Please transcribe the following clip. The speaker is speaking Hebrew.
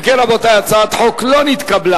אם כן, רבותי, הצעת החוק לא נתקבלה.